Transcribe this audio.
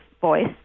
voice